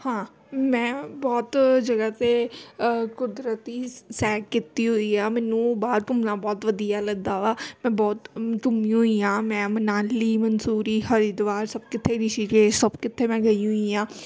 ਹਾਂ ਮੈਂ ਬਹੁਤ ਜਗ੍ਹਾ 'ਤੇ ਕੁਦਰਤੀ ਸੈਰ ਕੀਤੀ ਹੋਈ ਆ ਮੈਨੂੰ ਬਾਹਰ ਘੁੰਮਣਾ ਬਹੁਤ ਵਧੀਆ ਲੱਗਦਾ ਵਾ ਮੈਂ ਬਹੁਤ ਘੁੰਮੀ ਹੋਈ ਹਾਂ ਮੈਂ ਮਨਾਲੀ ਮੰਸੂਰੀ ਹਰਿਦੁਆਰ ਸਭ ਕਿੱਥੇ ਰਿਸ਼ੀਕੇਸ਼ ਸਭ ਕਿੱਥੇ ਮੈਂ ਗਈ ਹੋਈ ਹਾਂ